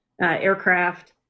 aircraft